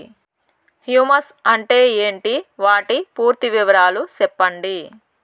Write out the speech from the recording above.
Humus అంటే ఏంటి? వాటి పూర్తి వివరాలు సెప్పండి?